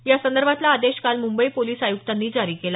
यासंदर्भातला आदेश काल मुंबई पोलीस आयुक्तांनी जारी केला